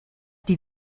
die